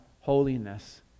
holiness